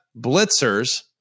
blitzers